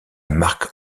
marque